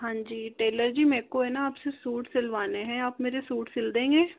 हाँ जी टेलर जी मेरे को है न आपसे सूट सिलवाने हैं आप मेरे सूट सिल देंगे